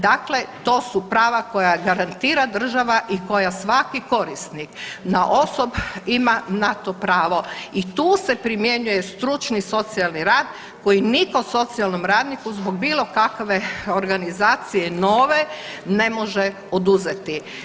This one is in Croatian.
Dakle, to su prava koja garantira država i koja svaki korisnik naosob ima na to pravo i tu se primjenjuje stručni socijalni rad koji niko socijalnom radniku zbog bilo kakve organizacije nove ne može oduzeti.